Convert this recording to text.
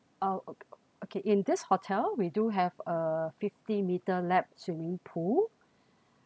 oh okay in this hotel we do have a fifty metre lap swimming pool